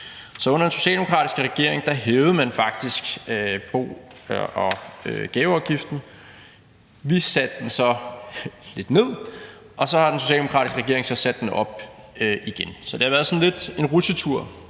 Så under den socialdemokratiske regering hævede man faktisk bo- og gaveafgiften. Vi satte den så lidt ned, og så har den socialdemokratiske regering sat den op igen. Så det har været lidt af en rutsjetur